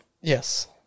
Yes